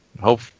hope